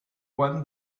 won